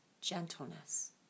gentleness